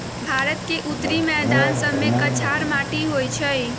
भारत के उत्तरी मैदान सभमें कछार माटि होइ छइ